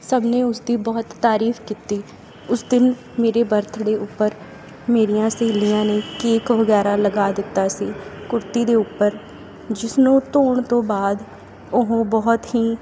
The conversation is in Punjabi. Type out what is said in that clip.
ਸਭ ਨੇ ਉਸ ਦੀ ਬਹੁਤ ਤਾਰੀਫ਼ ਕੀਤੀ ਉਸ ਦਿਨ ਮੇਰੇ ਬਰਥਡੇ ਉੱਪਰ ਮੇਰੀਆਂ ਸਹੇਲੀਆਂ ਨੇ ਕੇਕ ਵਗੈਰਾ ਲਗਾ ਦਿੱਤਾ ਸੀ ਕੁੜਤੀ ਦੇ ਉੱਪਰ ਜਿਸ ਨੂੰ ਧੋਣ ਤੋਂ ਬਾਅਦ ਉਹ ਬਹੁਤ ਹੀ